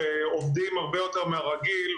שהיות ואנחנו עובדים הרבה יותר מהרגיל,